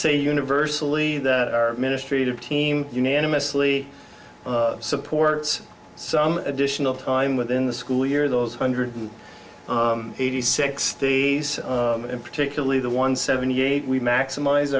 say universally that our ministry of team unanimously supports some additional time within the school year those hundred and eighty six days and particularly the one seventy eight we maximize